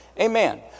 Amen